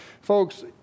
Folks